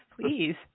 please